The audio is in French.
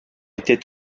était